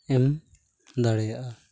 ᱮᱢ ᱫᱟᱲᱮᱭᱟᱜᱼᱟ